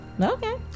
Okay